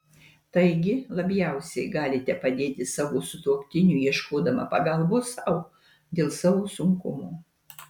taigi labiausiai galite padėti savo sutuoktiniui ieškodama pagalbos sau dėl savo sunkumo